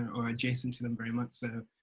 or adjacent to them very much so,